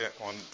on